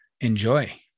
enjoy